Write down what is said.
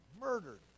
murdered